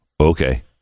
Okay